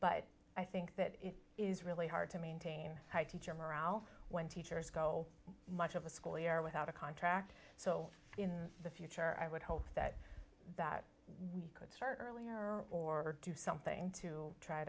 but i think that it is really hard to maintain high teacher morale when teachers go much of a school year without a contract so in the future i would hope that that we could start earlier or do something to try